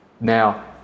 Now